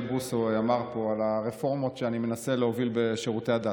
בוסו אמר פה על הרפורמות שאני מנסה להוביל בשירותי הדת.